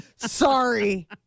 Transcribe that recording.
Sorry